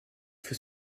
fut